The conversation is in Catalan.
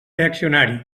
reaccionari